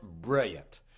brilliant